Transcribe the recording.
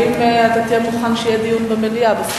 האם תהיה מוכן שיהיה דיון במליאה?